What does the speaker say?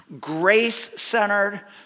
grace-centered